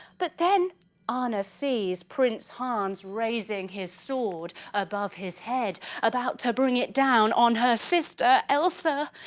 but then anna sees prince hans raising his sword above his head about to bring it down on her sister elsa,